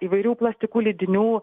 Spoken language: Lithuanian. įvairių plastikų lydinių